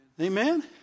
Amen